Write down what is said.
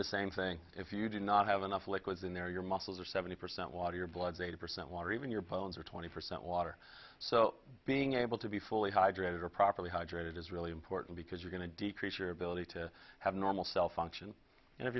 the same thing if you do not have enough liquids in there your muscles are seventy percent water your blood eight percent water even your bones are twenty percent water so being able to be fully hydrated or properly hydrated is really important because you're going to decrease your ability to have normal cell function